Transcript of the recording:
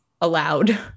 allowed